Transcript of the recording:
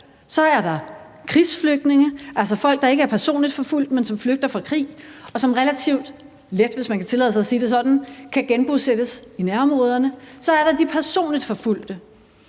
Så er der krigsflygtninge, altså folk, der ikke er personligt forfulgt, men som flygter fra krig, og som relativt let, hvis man kan tillade sig at sige det sådan, kan genbosættes i nærområderne. Så er der de personligt forfulgte,